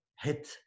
hit